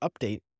update